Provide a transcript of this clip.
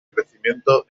crecimiento